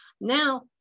now